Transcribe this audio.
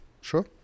sure